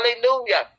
hallelujah